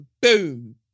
boom